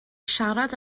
siarad